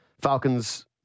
Falcons